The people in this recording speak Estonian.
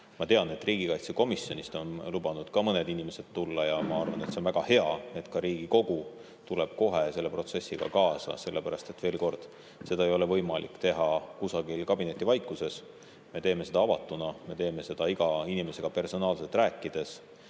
Ma tean, et riigikaitsekomisjonist on lubanud ka mõned inimesed tulla ja ma arvan, et see on väga hea, et ka Riigikogu tuleb kohe selle protsessiga kaasa, sellepärast et veel kord: seda ei ole võimalik teha kusagil kabinetivaikuses. Me teeme seda avatuna, me teeme seda iga inimesega personaalselt rääkides. Täpset